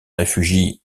réfugie